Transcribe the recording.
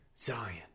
Zion